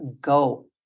go